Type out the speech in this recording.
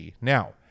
now